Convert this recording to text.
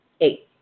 Eight